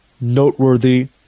noteworthy